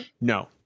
No